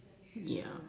yup